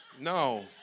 No